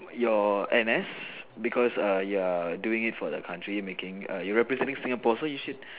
your N_S because err you are doing it for the country making err you are representing Singapore so you should